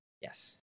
Yes